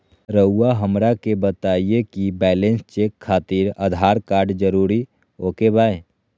रउआ हमरा के बताए कि बैलेंस चेक खातिर आधार कार्ड जरूर ओके बाय?